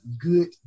good